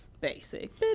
Basic